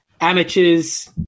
amateurs